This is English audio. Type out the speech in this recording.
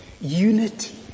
unity